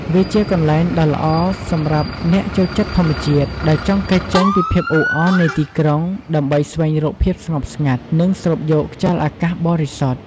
វាជាកន្លែងដ៏ល្អសម្រាប់អ្នកចូលចិត្តធម្មជាតិ ដែលចង់គេចចេញពីភាពអ៊ូអរនៃទីក្រុង ដើម្បីស្វែងរកភាពស្ងប់ស្ងាត់ និងស្រូបយកខ្យល់អាកាសបរិសុទ្ធ។